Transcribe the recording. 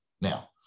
Now